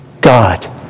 God